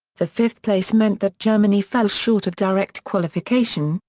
the fifth place meant that germany fell short of direct qualification,